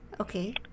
Okay